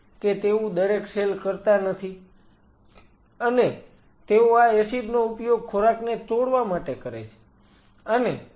કે તેવું દરેક સેલ કરતા નથી અને તેઓ આ એસિડ નો ઉપયોગ ખોરાકને તોડવા માટે કરે છે